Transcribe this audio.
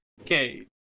okay